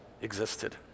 existed